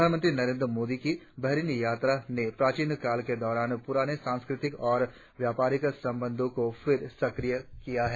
प्रधानमंत्री नरेंद्र मोदी की बहरीन यात्रा ने प्राचीन काल के दौरान पुराने सांस्कृतिक और व्यापारिक संबंधों को फिर सक्रिय किया है